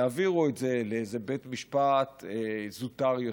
יעבירו את זה לבית משפט זוטר יותר,